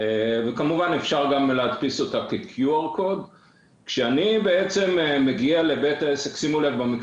כמובן אפשר גם להדפיס אותה כקוד QR. שימו לב,